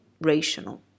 rational